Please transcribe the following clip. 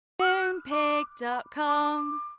Moonpig.com